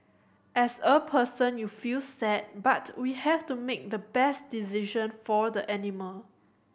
as a person you feel sad but we have to make the best decision for the animal